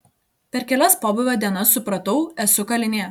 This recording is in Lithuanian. per kelias pobūvio dienas supratau esu kalinė